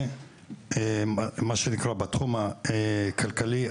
בתחום הכלכלי,